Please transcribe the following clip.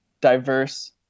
diverse